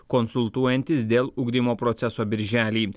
konsultuojantis dėl ugdymo proceso birželį